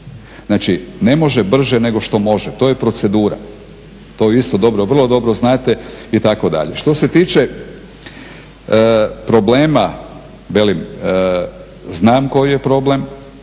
Znači ne može brže nego što može, to je procedura. To vrlo dobro znate. Što se tiče problema, velim znam koji je problem,